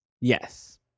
Yes